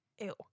ew